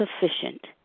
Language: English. sufficient